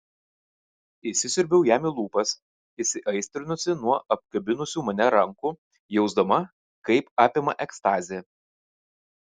įsisiurbiau jam į lūpas įsiaistrinusi nuo apkabinusių mane rankų jausdama kaip apima ekstazė